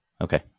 Okay